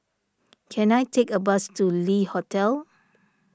can I take a bus to Le Hotel